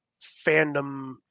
fandom